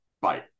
Bye